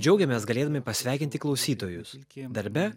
džiaugiamės galėdami pasveikinti klausytojus darbe